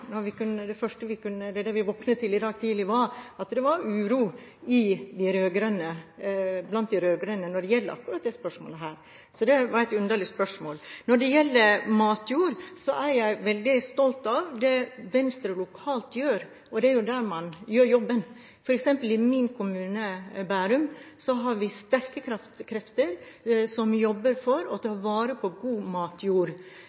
når det første vi våknet til i dag tidlig, var at det er uro blant de rød-grønne når det gjelder akkurat dette spørsmålet. Så det var et underlig spørsmål. Når det gjelder matjord, er jeg veldig stolt av det Venstre lokalt gjør, og det er jo der man gjør jobben. For eksempel i min kommune, Bærum, er det sterke krefter som jobber for å